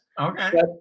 Okay